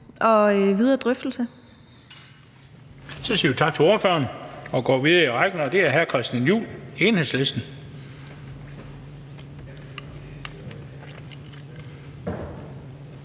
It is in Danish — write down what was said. (Bent Bøgsted): Så siger vi tak til ordføreren og går videre i ordførerrækken. Det er hr. Christian Juhl, Enhedslisten.